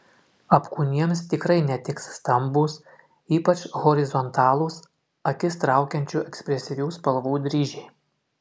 apkūniems tikrai netiks stambūs ypač horizontalūs akis traukiančių ekspresyvių spalvų dryžiai